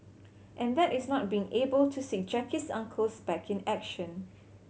and that is not being able to see Jackie's uncle's back in action